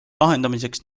lahendamiseks